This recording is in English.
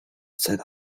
said